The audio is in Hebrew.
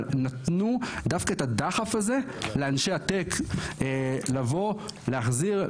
אבל נתנו דווקא את הדחף הזה לאנשי הטק לבוא להחזיר,